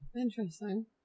Interesting